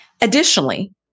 Additionally